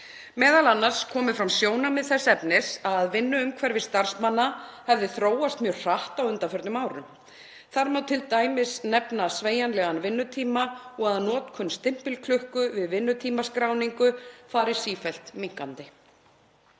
m.a. komu fram sjónarmið þess efnis að vinnuumhverfi starfsmanna hefði þróast mjög hratt á undanförnum árum. Þar má t.d. nefna sveigjanlegan vinnutíma og að notkun stimpilklukku við vinnutímaskráningu fari sífellt minnkandi.